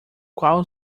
qual